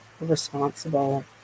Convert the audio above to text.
responsible